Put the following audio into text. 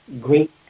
great